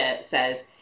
says